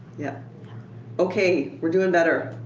yeah ok, we're doing better.